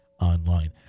Online